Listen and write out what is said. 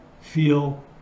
feel